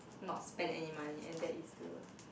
not spend any money and that is to